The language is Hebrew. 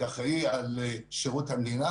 כאחראי על שירות המדינה